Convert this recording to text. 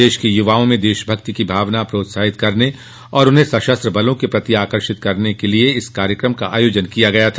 देश के युवाओं में देशभक्ति की भावना को प्रोत्साहित करने और उन्हें सशस्त्र बलों के प्रति आकर्षित करने के उद्देश्य से इस कार्यक्रम का आयोजन किया गया था